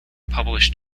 published